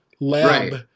lab